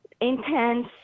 intense